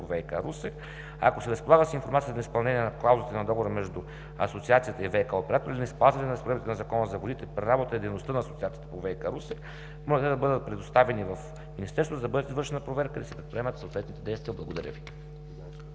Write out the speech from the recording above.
ВиК – Русе. Ако се разполага с информация за неизпълнение на клаузите на договора между Асоциацията и ВиК оператора, или неспазване на разпоредбите на Закона за водите при работата и дейността на Асоциацията ВиК – Русе, моля тя да бъде предоставена в Министерството, за да бъде извършена проверка и се предприемат съответните действия. Благодаря Ви.